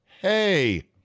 hey